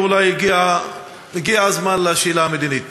והגיע הזמן לשאלה המדינית: